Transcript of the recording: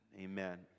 Amen